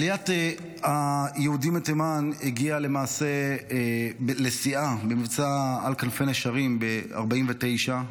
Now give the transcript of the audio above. עליית היהודים מתימן הגיעה לשיאה למעשה במבצע "על כנפי נשרים" ב-1949,